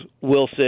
Wilson